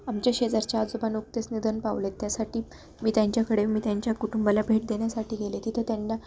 आमच्या शेजारचे आजोबा नुकतेच निधन पावले आहेत त्यासाठी मी त्यांच्याकडे मी त्यांच्या कुटुंबाला भेट देण्यासाठी गेले तिथं त्यांना